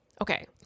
Okay